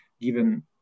given